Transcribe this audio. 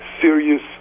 serious